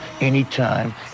anytime